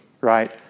right